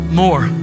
more